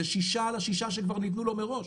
אלה שישה חודשים על השישה שכבר ניתנו לו מראש.